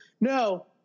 No